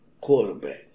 quarterback